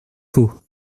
faux